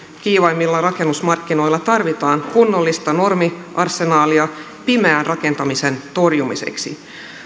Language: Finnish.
kiivaimmilla rakennusmarkkinoilla tarvitaan kunnollista normiarsenaalia pimeän rakentamisen torjumiseksi